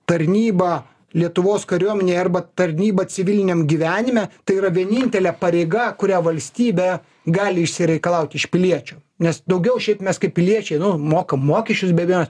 tarnyba lietuvos kariuomenėj arba tarnyba civiliniam gyvenime tai yra vienintelė pareiga kurią valstybė gali išsireikalaut iš piliečių nes daugiau šiaip mes kaip piliečiai nu mokam mokesčius be abejonės